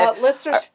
Listeners